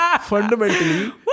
fundamentally